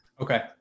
Okay